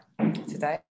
today